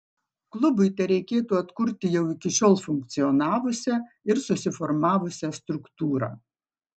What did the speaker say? klubui tereikėtų atkurti jau iki šiol funkcionavusią ir susiformavusią struktūrą